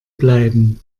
bleiben